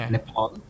Nepal